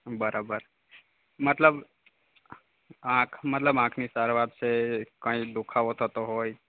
બરાબર મતલબ આંખ મતલબ આંખની સારવાર છે કઈ દુખાવો થતો હોય